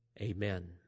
Amen